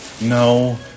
no